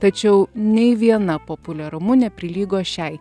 tačiau nei viena populiarumu neprilygo šiai